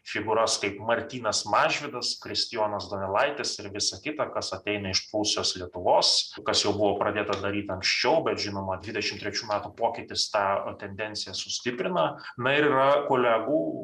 figūras kaip martynas mažvydas kristijonas donelaitis ir visa kita kas ateina iš prūsijos lietuvos kas jau buvo pradėta daryt anksčiau bet žinoma dvidešim trečių metų pokytis tą tendenciją sustiprina na yra kolegų